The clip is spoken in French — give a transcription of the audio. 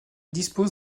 dispose